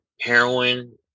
heroin